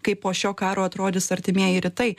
kaip po šio karo atrodys artimieji rytai